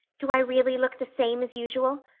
do i really look the same as usual?